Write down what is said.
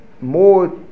more